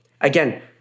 Again